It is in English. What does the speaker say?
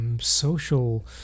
social